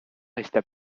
resta